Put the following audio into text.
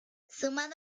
sumado